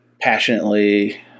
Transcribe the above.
passionately